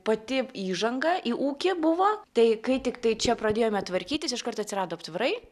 pati įžanga į ūkį buvo tai kai tiktai čia pradėjome tvarkytis iškart atsirado aptvarai